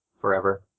forever